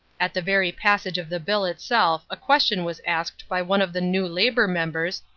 at the very passage of the bill itself a question was asked by one of the new labour members,